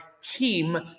team